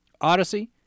Odyssey